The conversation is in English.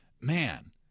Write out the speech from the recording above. man